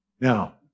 Now